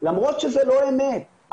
למרות שזה לא אמת.